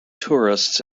tourists